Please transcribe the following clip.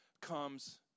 comes